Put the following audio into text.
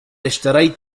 اشتريت